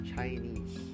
Chinese